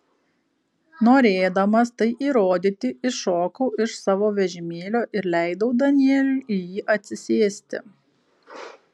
norėdamas tai įrodyti iššokau iš savo vežimėlio ir leidau danieliui į jį atsisėsti